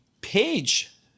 page